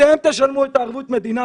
אתם תשלמו את ערבות המדינה,